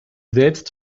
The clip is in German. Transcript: selbst